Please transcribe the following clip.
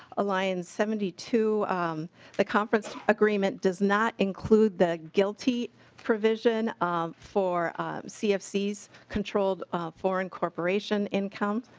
ah line seventy two the conference agreement does not include the guilty provision um for cfb's cfb's controlled foreign corporation income.